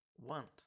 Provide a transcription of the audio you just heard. want